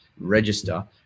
register